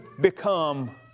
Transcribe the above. become